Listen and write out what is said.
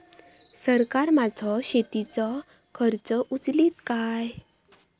सरकार माझो शेतीचो खर्च उचलीत काय?